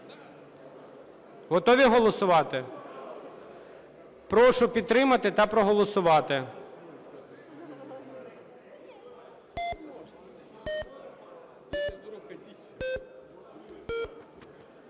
Готові голосувати? Прошу підтримати та проголосувати.